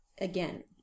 again